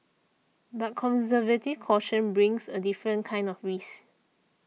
but conservative caution brings a different kind of risk